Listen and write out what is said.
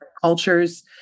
cultures